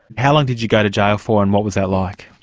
how long did you go to jail for, and what was that like?